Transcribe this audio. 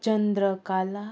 Chandrakala